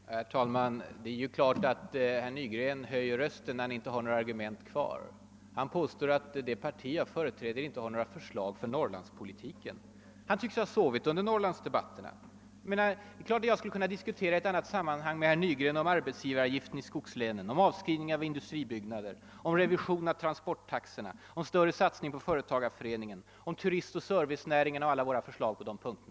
Herr talman! Det är klart att herr Nygren höjer rösten när han inte har några argument kvar. Han påstår att det parti jag företräder inte har presenterat några förslag för Norrlandspolitiken. Herr Nygren tycks ha sovit under Norrlandsdebatterna. Jag skall gärna i annat sammanhang diskutera med herr Nygren om arbetsgivaravgiften i skogslänen, avskrivning av industribyggnader, revision av transporttaxorna, större satsning på företagarföreningar, om turistoch servicenäringarna och alla våra förslag på de och andra punkter.